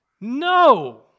No